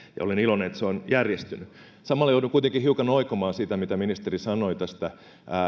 olen iloinen että se on järjestynyt samalla joudun kuitenkin hiukan oikomaan sitä mitä ministeri sanoi tästä